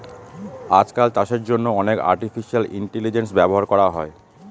আজকাল চাষের জন্য অনেক আর্টিফিশিয়াল ইন্টেলিজেন্স ব্যবহার করা হয়